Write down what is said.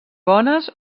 bones